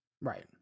right